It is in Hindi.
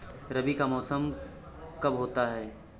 रबी का मौसम कब होता हैं?